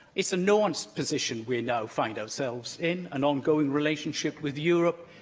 it's a nuanced position we now find ourselves in an ongoing relationship with europe,